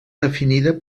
definida